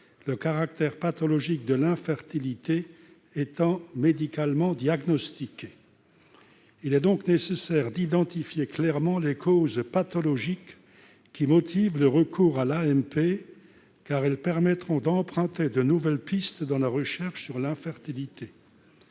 le caractère pathologique de l'infertilité étant médicalement diagnostiqué. Il est donc nécessaire d'identifier clairement les causes pathologiques qui motivent le recours à l'AMP, car elles permettront d'emprunter de nouvelles pistes dans la recherche sur l'infertilité.